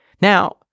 Now